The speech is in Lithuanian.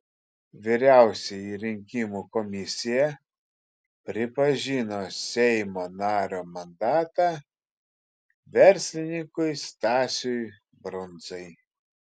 vyriausioji rinkimų komisija pripažino seimo nario mandatą verslininkui stasiui brundzai